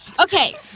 Okay